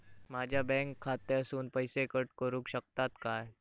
माझ्या बँक खात्यासून पैसे कट करुक शकतात काय?